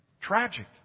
Tragic